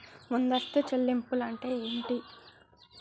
ముందస్తు చెల్లింపులు అంటే ఏమిటి?